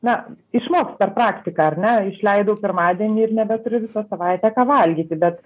na išmoks per praktiką ar ne išleidau pirmadienį ir nebeturiu visą savaitę ką valgyti bet